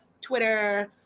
Twitter